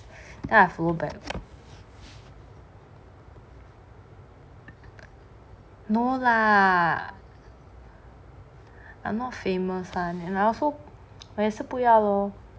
then I follow back no lah I not famous lah and I also 我也是不要 lor